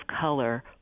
color